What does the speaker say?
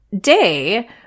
day